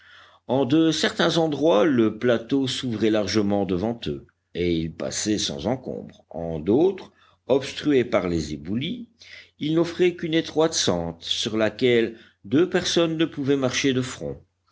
en de certains endroits le plateau s'ouvrait largement devant eux et ils passaient sans encombre en d'autres obstrué par les éboulis il n'offrait qu'une étroite sente sur laquelle deux personnes ne pouvaient marcher de front